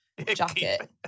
Jacket